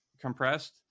compressed